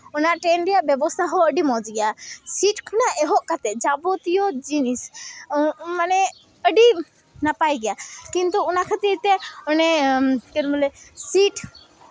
ᱚᱱᱟ train ᱨᱮᱭᱟᱜ ᱵᱮᱵᱥᱛᱷᱟ ᱦᱚᱸ ᱟᱹᱰᱤ ᱢᱚᱡᱽ ᱜᱮᱭᱟ ᱥᱤᱴ ᱠᱷᱚᱱᱟᱜ ᱮᱦᱚᱵ ᱠᱟᱛᱮᱫ ᱡᱟᱵᱚᱛᱤᱭᱚ ᱡᱤᱱᱤᱥ ᱢᱟᱱᱮ ᱟᱹᱰᱤ ᱱᱟᱯᱟᱭ ᱜᱮᱭᱟ ᱠᱤᱱᱛᱩ ᱚᱱᱟ ᱠᱷᱟᱹᱛᱤᱨ ᱛᱮ ᱚᱱᱮ ᱪᱮᱫ ᱵᱚᱞᱮ ᱥᱤᱴ